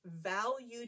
valued